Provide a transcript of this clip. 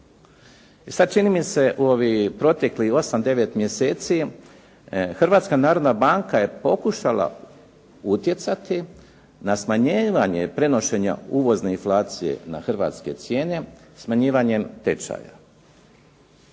sad čini mi se u ovih proteklih osam, devet mjeseci Hrvatska narodna banka je pokušala utjecati na smanjenje prenošenja uvozne inflacije na hrvatske cijene smanjivanjem tečaja.